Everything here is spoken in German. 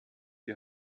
die